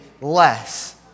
less